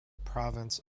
province